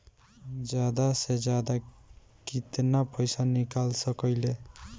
जादा से जादा कितना पैसा निकाल सकईले?